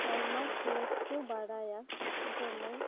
ᱟᱭᱢᱟ ᱠᱷᱮᱞᱳᱰ ᱠᱚ ᱵᱟᱰᱟᱭᱟ ᱡᱮᱢᱚᱱ